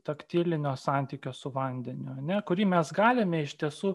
taktilinio santykio su vandeniu ne kurį mes galime iš tiesų